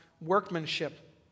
workmanship